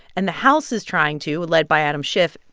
and the house is trying to, led by adam schiff,